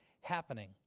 happening